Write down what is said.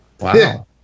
Wow